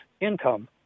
income